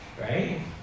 right